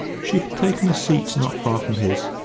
she had taken a seat not far from his,